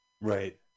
Right